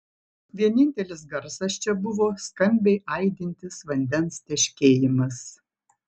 vienintelis garsas čia buvo skambiai aidintis vandens teškėjimas